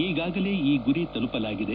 ಈಗಾಗಲೇ ಈ ಗುರಿ ತಲುಪಲಾಗಿದೆ